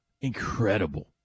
incredible